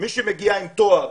מי שמגיע עם תואר,